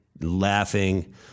laughing